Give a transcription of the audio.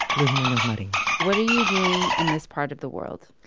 luis munoz marin what are you doing in this part of the world?